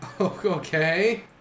Okay